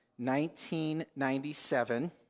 1997